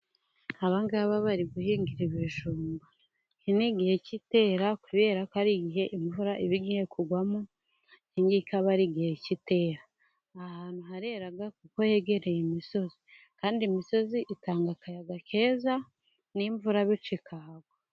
Aba ngaba bari guhingira ibijumba. Iki ni igihe cy'itera kubera ko ari igihe imvura iba igiye kugwamo, iki ngiki aba ari igihe cy'itera. Aha hantu harera kuko hegereye imisozi, kandi imisozi itanga akayaga keza n'imvura bityo ikahagwa.